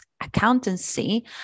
accountancy